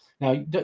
Now